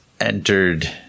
entered